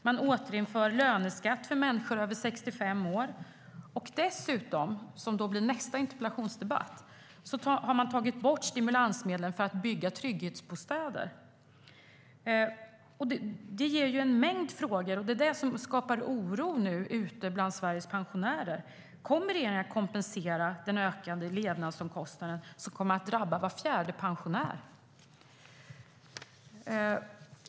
Man återinför löneskatt för personer över 65 år. Dessutom har man tagit bort stimulansmedlen för att bygga trygghetsbostäder, vilket blir ämnet för nästa interpellationsdebatt. Det här ger upphov till en mängd frågor, och det är det som skapar oro ute bland Sveriges pensionärer. Kommer regeringen att kompensera de ökade levnadsomkostnader som kommer att drabba var fjärde pensionär?